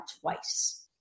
twice